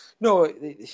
no